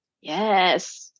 yes